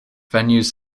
venues